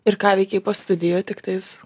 ir ką veikei po studijų tiktais